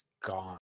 gone